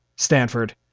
Stanford